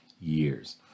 years